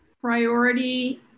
priority